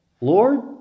Lord